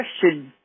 question